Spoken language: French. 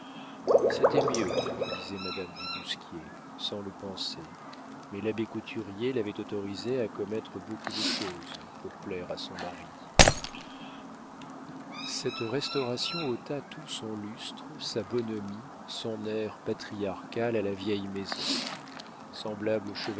c'était mieux disait madame du bousquier sans le penser mais l'abbé couturier l'avait autorisée à commettre beaucoup de choses pour plaire à son mari cette restauration ôta tout son lustre sa bonhomie son air patriarcal à la vieille maison semblable